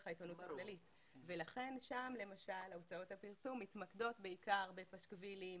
העיתונות הכללית ולכן שם למשל הוצאות הפרסום מתמקדות בעיקר בפשקווילים,